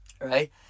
right